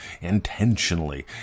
intentionally